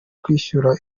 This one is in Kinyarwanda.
kwishyura